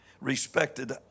respected